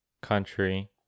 country